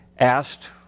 asked